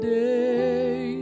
day